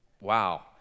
wow